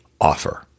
offer